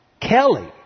Kelly